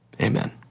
Amen